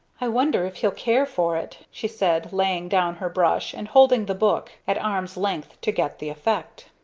i wonder if he'll care for it? she said, laying down her brush and holding the book at arm's length to get the effect.